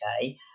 okay